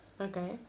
Okay